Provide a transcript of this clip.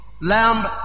lamb